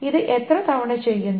ഇത് എത്ര തവണ ചെയ്യുന്നു